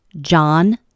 John